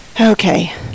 Okay